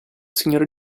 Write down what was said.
signore